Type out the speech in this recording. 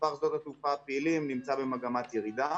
מספר שדות התעופה הפעילים נמצא במגמת ירידה.